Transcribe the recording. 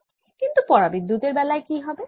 কিন্তু পরাবিদ্যুতের বেলায় কি হবে